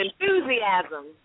enthusiasm